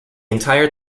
entire